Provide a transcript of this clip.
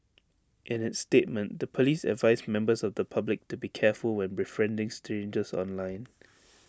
in its statement the Police advised members of the public to be careful when befriending strangers online